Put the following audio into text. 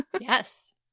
Yes